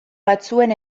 batzuen